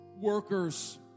workers